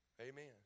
Amen